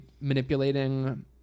manipulating